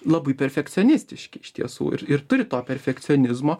labai perfekcionistiški iš tiesų ir ir turi to perfekcionizmo